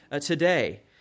today